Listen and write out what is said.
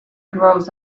grows